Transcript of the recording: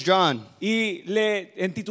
John